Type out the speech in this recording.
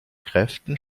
kräften